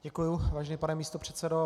Děkuji, vážený pane místopředsedo.